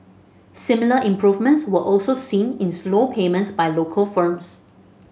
similar improvements were also seen in slow payments by local firms